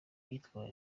yitwa